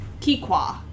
Kikwa